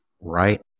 right